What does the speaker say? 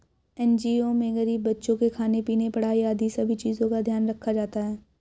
NGO में गरीब बच्चों के खाने पीने, पढ़ाई आदि सभी चीजों का ध्यान रखा जाता है